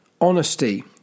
honesty